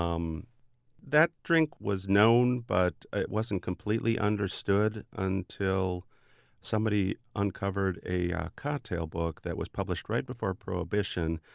um that drink was known, but it wasn't completely understood until somebody uncovered a cocktail book that was published right before prohibition.